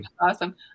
awesome